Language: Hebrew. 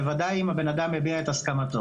בוודאי אם הבן אדם הביע את הסכמתו.